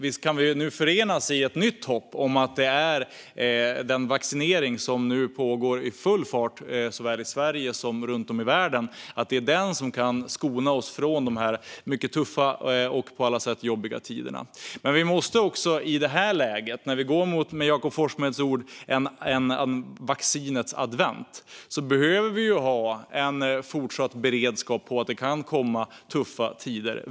Visst kan vi i och med den vaccinering som nu pågår för fullt i såväl Sverige som världen nu förenas i ett nytt hopp om att den kommer att förskona oss från ytterligare mycket tuffa och jobbiga tider. Men när vi i detta läge går mot, med Jakob Forssmed ord, en vaccinets advent behöver vi ha fortsatt beredskap för att det kan komma tuffa tider.